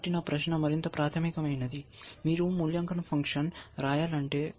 కాబట్టి నా ప్రశ్న మరింత ప్రాథమికమైనది మీరు మూల్యాంకన ఫంక్షన్ రాయాలంటే